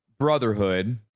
brotherhood